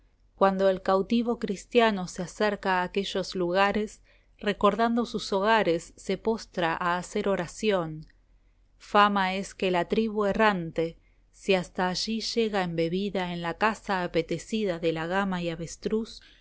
cuando el cautivo cristiano se acerca a aquellos lugares recordando sus hogares se postra a hacer oración fama es que la tribu errante si hasta allí llega embebida en la caza apetecida de la gama y avestruz